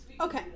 Okay